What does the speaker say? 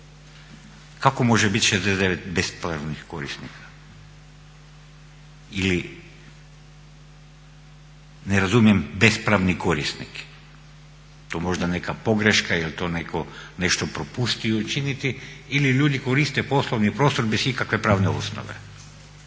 Kako može bit 69 bespravnih korisnika? Ne razumijem bespravni korisnik. To možda neka pogreška, jel to netko nešto propustio učiniti ili ljudi koriste poslovni prostor bez ikakve pravne osnove.